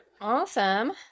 Awesome